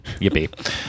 yippee